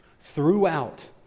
throughout